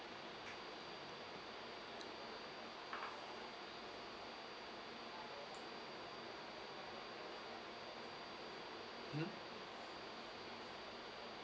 mmhmm